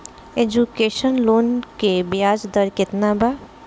Education loan के ब्याज दर केतना बा?